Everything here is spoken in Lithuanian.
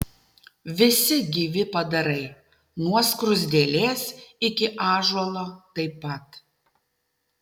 visi gyvi padarai nuo skruzdėlės iki ąžuolo taip pat